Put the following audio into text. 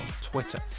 Twitter